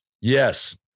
Yes